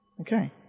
Okay